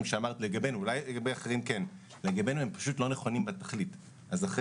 שאמרת אולי לגבי אחרים כן אבל לגבנו הם לא נכונים בתכלית.